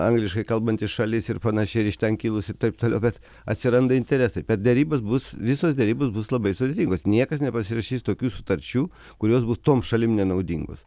angliškai kalbanti šalis ir panašiai ir iš ten kilusi taip toliau bet atsiranda interesai kad derybos bus visos derybos bus labai sudėtingos niekas nepasirašys tokių sutarčių kurios bus tom šalim nenaudingos